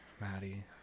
Maddie